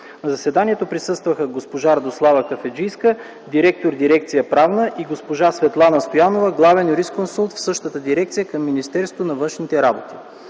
На заседанието присъстваха госпожа Радослава Кафеджийска – директор на Дирекция „Правна”, и госпожа Светлана Стоянова – главен юрисконсулт в същата дирекция към Министерството на външните работи.